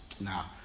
now